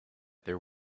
there